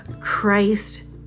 Christ